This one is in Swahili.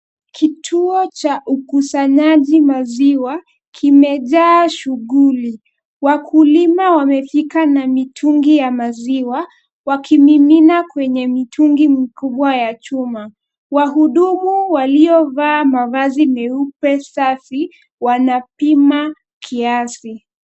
Kituo cha ukusanyaji maziwa kimejaa shughuli .Wakulima wamefika na mitungi ya maziwa wakimimina kwenye mitungi mikubwa ya chuma ,wahudumu waliovaa mavazi meupe safi wanapima kiasi.